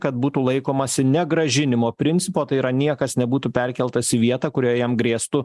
kad būtų laikomasi negrąžinimo principo tai yra niekas nebūtų perkeltas į vietą kurioje jam grėstų